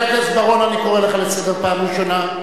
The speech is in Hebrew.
חבר הכנסת בר-און, אני קורא אותך לסדר פעם ראשונה.